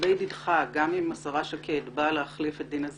לדידך גם אם השרה שקד באה להחליף את דינה זילבר,